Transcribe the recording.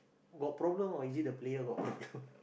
got problem or is it the player got problem